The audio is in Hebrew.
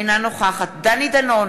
אינה נוכחת דני דנון,